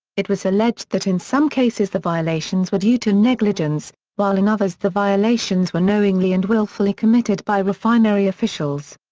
it was alleged that in some cases the violations were due to negligence, while in others the violations were knowingly and willfully committed by refinery officials.